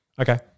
Okay